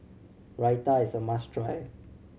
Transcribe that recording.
raita is a must try